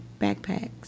backpacks